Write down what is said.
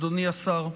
אדוני השר,